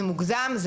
זה מוגזם,